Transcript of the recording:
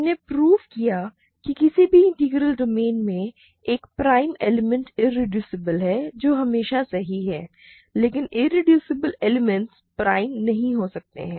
हमने प्रूव किया कि किसी भी इंटीग्रल डोमेन में एक प्राइम एलिमेंट इरेड्यूसबल है जो हमेशा सही है लेकिन इरेड्यूसिबल एलिमेंट्स प्राइम नहीं हो सकते हैं